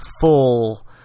full